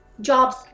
jobs